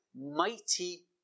Mighty